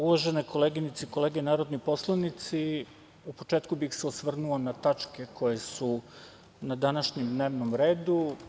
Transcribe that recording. Uvažene koleginice i kolege narodni poslanici, u početku bih se osvrnuo na tačke koje su na današnjem dnevnom redu.